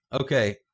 Okay